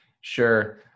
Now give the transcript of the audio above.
Sure